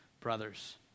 brothers